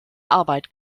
arbeit